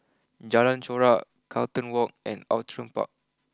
Jalan Chorak Carlton walk and Outram Park